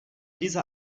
dieser